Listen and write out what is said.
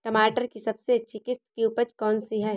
टमाटर की सबसे अच्छी किश्त की उपज कौन सी है?